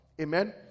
amen